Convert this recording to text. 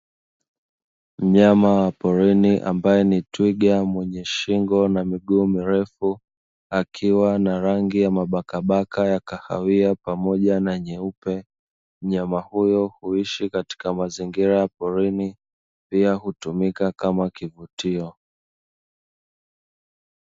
Mnyama wa porini ambaye ni twiga mwenye shingo na miguu mirefu, akiwa na rangi ya mabakabaka ya kahawia pamoja na nyeupe. Mnyama huyo huishi katika mazingira ya porini pia hutumika kama kivutio.